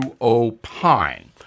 opine